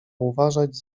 uważać